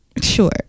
sure